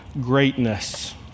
greatness